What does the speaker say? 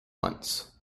once